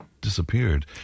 disappeared